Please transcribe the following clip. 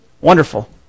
Wonderful